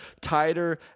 tighter